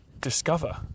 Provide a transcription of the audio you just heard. discover